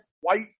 white